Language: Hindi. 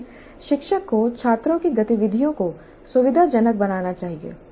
लेकिन शिक्षक को छात्रों की गतिविधियों को सुविधाजनक बनाना चाहिए